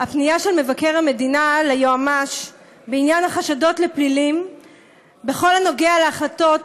הפנייה של מבקר המדינה ליועמ"ש בעניין החשדות לפלילים בכל הנוגע להחלטות